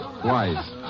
twice